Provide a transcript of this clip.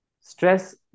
Stress